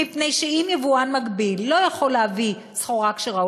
מפני שאם יבואן מקביל לא יכול להביא סחורה כשרה,